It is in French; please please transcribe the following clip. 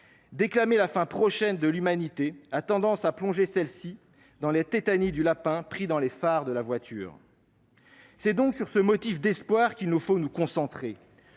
déclamer la fin prochaine de l'humanité a tendance à tétaniser celle-ci, à l'instar du lapin pris dans les phares d'une voiture. C'est donc sur ce motif d'espoir qu'il nous faut nous concentrer